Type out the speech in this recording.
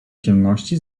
ciemności